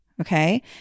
Okay